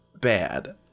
bad